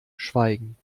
schweigen